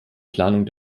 planung